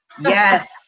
Yes